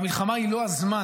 והמלחמה היא לא הזמן,